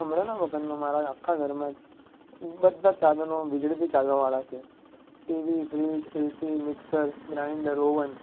હમણાંના વખતમાં મારા આખા ઘરમાં જ બધાં જ સાધનો વીજળીથી ચાલવાવાળાં છે TV fridge AC mixer grinder oven